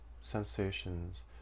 sensations